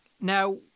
Now